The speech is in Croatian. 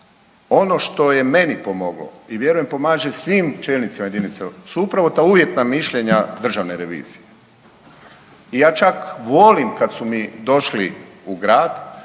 Ono što je meni pomoglo i vjerujem pomaže svim čelnicima jedinice lokalne su upravo ta uvjetna mišljenja Državne revizije. I ja čak volim kad su mi došli u grad,